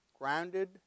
Grounded